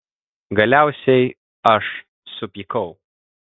galiausiai aš supykau